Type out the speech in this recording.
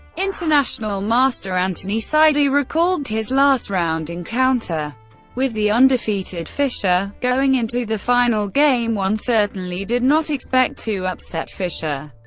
international master anthony saidy recalled his last round encounter with the undefeated fischer going into the final game i certainly did not expect to upset fischer.